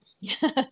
yes